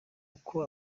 uko